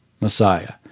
Messiah